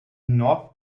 north